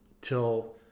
till